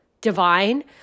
divine